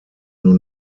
nur